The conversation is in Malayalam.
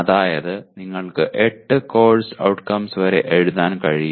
അതായത് നിങ്ങൾക്ക് 8 ഔട്ട്കംസ് വരെ എഴുതാൻ കഴിയും